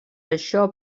això